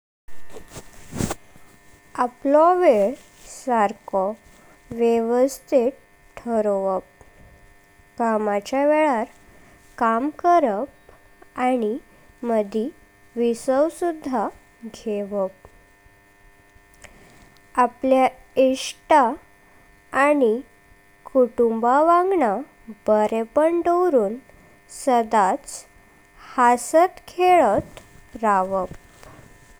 आपलो वेळ सारको व्यवस्थित ठरोवप कामाचा वेळार काम करप आनी माडी विसाव सुद्धा घेवप।। आपल्या इष्टा आनी कुटुंबा वंगड बरेपण दावरून सदाच हसत खेळत राहवप।